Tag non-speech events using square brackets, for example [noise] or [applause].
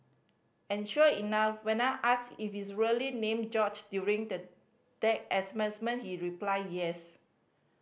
and sure enough when I asked if he's really named George during the deck [unintelligible] he replied yes